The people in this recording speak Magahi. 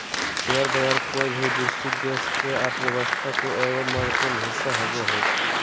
शेयर बाज़ार कोय भी विकसित देश के अर्थ्व्यवस्था के एगो महत्वपूर्ण हिस्सा होबो हइ